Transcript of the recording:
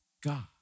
God